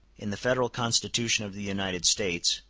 in the federal constitution of the united states,